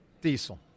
Diesel